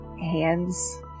hands